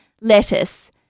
lettuce